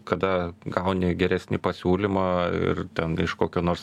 kada gauni geresnį pasiūlymą ir ten iš kokio nors